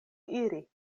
iri